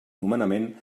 nomenament